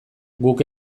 guk